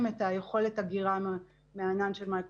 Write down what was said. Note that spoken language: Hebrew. את היכולת האדירה של הענן של מייקרוסופט.